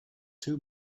too